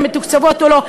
מתוקצבות או לא,